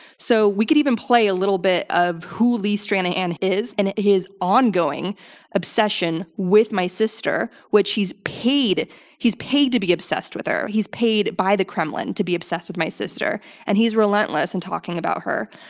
so we could even play a little bit of who lee stranahan is, and his ongoing obsession with my sister, which he's paid he's paid to be obsessed with her. he's paid by the kremlin to be obsessed with my sister, and he's relentless in talking about her,